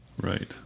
Right